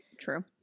True